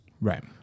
right